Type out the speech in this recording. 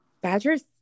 Badger's